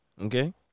okay